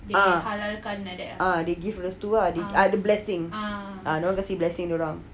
ah ah they give restu ah they give I the blessing ah dorang kasih blessing dorang